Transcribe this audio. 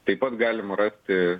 taip pat galima rasti